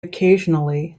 occasionally